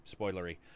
spoilery